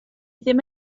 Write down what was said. ddim